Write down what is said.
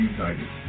United